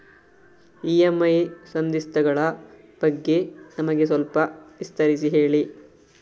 EMI ಸಂಧಿಸ್ತ ಗಳ ಬಗ್ಗೆ ನಮಗೆ ಸ್ವಲ್ಪ ವಿಸ್ತರಿಸಿ ಹೇಳಿ